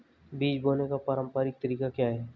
बीज बोने का पारंपरिक तरीका क्या है?